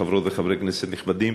חברות וחברי כנסת נכבדים,